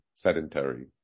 Sedentary